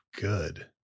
good